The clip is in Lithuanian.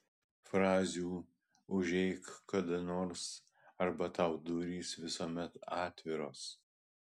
frazių užeik kada nors arba tau durys visuomet atviros